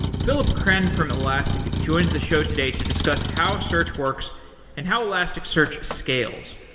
philipp krenn from elasticsearch joins the show today to discuss how search works and how elasticsearch scales.